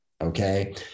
Okay